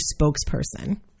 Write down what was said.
spokesperson